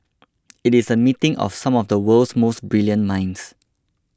it is a meeting of some of the world's most brilliant minds